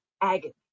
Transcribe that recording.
agony